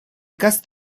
cast